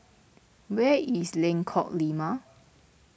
where is Lengkok Lima